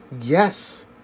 Yes